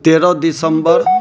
तेरह दिसम्बर